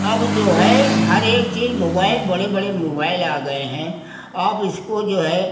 अब जो है हर एक चीज मुबाइल बड़े बड़े मुबाइल आ गए हैं आप इसको जो है